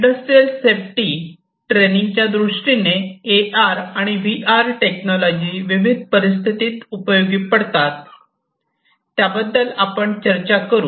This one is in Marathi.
इंडस्ट्रियल सेफ्टी ट्रेनिंग च्या दृष्टीने ए आर आणि व्ही आर टेक्नॉलॉजी विविध परिस्थितीत उपयोगी पडतात त्याबद्दल आपण चर्चा करू